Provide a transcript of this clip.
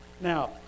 Now